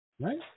right